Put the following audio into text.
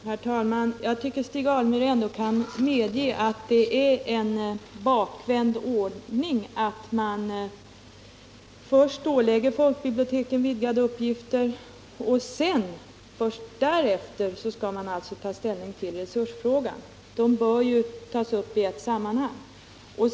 Herr talman! Jag tycker att Stig Alemyr ändå kunde medge att det är en bakvänd ordning att först ålägga folkbiblioteken vidgade uppgifter och sedan ta ställning till resursfrågan. Dessa frågor bör tas upp i ett sammanhang.